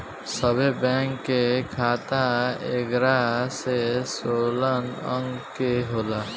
सभे बैंक के खाता एगारह से सोलह अंक के होला